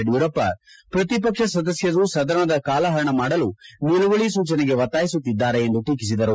ಯಡಿಯೂರಪ್ಪ ಪ್ರತಿಪಕ್ಷ ಸದಸ್ಯರು ಸದನದ ಕಾಲಹರಣ ಮಾಡಲು ನಿಲುವಳಿ ಸೂಚನೆಗೆ ಒತ್ತಾಯಿಸುತ್ತಿದ್ದಾರೆ ಎಂದು ಟೀಕಿಸಿದರು